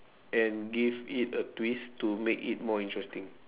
and give it a twist to make it more interesting